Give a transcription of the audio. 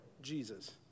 Jesus